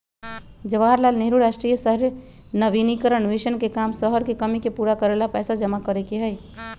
जवाहर लाल नेहरू राष्ट्रीय शहरी नवीकरण मिशन के काम शहर के कमी के पूरा करे ला पैसा जमा करे के हई